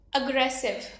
Aggressive